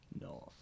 North